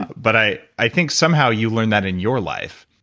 but i i think somehow you learned that in your life?